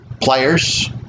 players